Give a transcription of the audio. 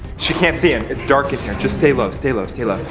she can't see in. its dark in here. just stay low, stay low, stay low,